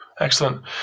Excellent